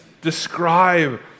describe